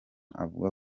avuga